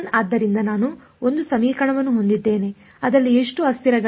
ಆದ್ದರಿಂದ ನಾನು 1 ಸಮೀಕರಣವನ್ನು ಹೊಂದಿದ್ದೇನೆ ಅದರಲ್ಲಿ ಎಷ್ಟು ಅಸ್ಥಿರಗಳಿವೆ